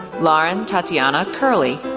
lauren tatiana kearley,